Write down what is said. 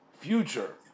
future